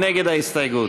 מי נגד ההסתייגות?